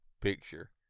picture